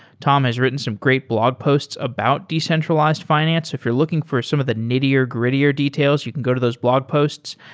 tom has written some great blog posts about decentralized finance. if you're looking for some of the needier grittier details, you can go to those blog posts.